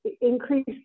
increase